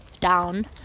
down